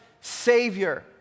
Savior